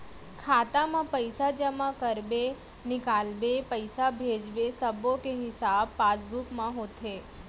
खाता म पइसा जमा करबे, निकालबे, पइसा भेजबे सब्बो के हिसाब पासबुक म होथे